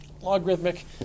logarithmic